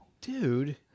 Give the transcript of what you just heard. dude